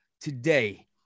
Today